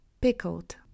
pickled